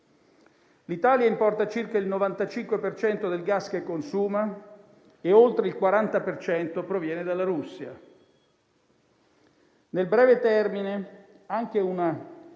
L'Italia importa circa il 95 per cento del gas che consuma e oltre il 40 per cento proviene dalla Russia. Nel breve termine anche una